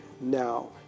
now